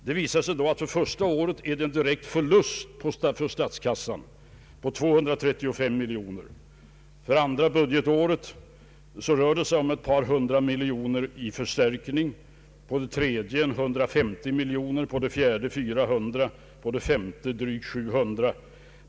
Det visar sig då att för första budgetåret blir det en direkt förlust för statskassan på 235 miljoner kronor. För andra budgetåret rör det sig om ett par hundra miljoner kronor i förstärkning, för det tredje budgetåret 150 miljoner kronor, för det fjärde budgetåret 400 miljoner kronor och för det femte budgetåret drygt 700 miljoner kronor.